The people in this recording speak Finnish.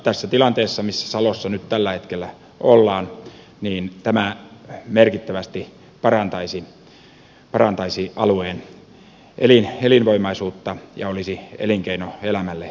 tässä tilanteessa missä salossa nyt tällä hetkellä ollaan tämä merkittävästi parantaisi alueen elinvoimaisuutta ja olisi elinkeinoelämälle välttämätön hanke